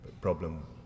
problem